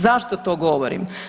Zašto to govorim?